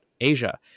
Asia